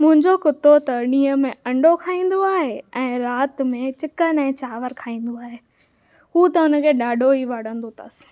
मुंहिंजो कुतो त ॾींहुं में अंडो खाईंदो आहे ऐं राति में चिकन ऐं चांवर खाईंदो आहे हू त हुन खे ॾाढो ई वणंदो अथसि